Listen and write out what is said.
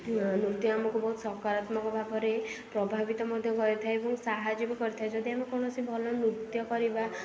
ନୃତ୍ୟ ଆମକୁ ବହୁତ ସକରାତ୍ମକ ଭାବରେ ପ୍ରଭାବିତ ମଧ୍ୟ କରିଥାଏ ଏବଂ ସାହାଯ୍ୟ ବି କରିଥାଏ ଯଦି ଆମେ କୌଣସି ଭଲ ନୃତ୍ୟ କରିବା